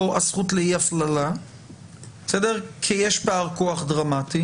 הזכות לאי הפללה כי יש פער כוח דרמטי.